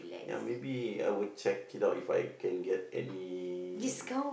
ya maybe I would check it out If I can get any